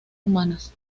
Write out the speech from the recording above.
humanas